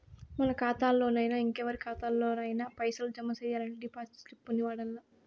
మన కాతాల్లోనయినా, ఇంకెవరి కాతాల్లోనయినా పైసలు జమ సెయ్యాలంటే డిపాజిట్ స్లిప్పుల్ని వాడల్ల